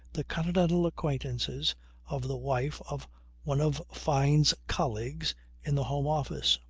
the continental acquaintances of the wife of one of fyne's colleagues in the home office.